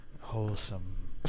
wholesome